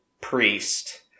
priest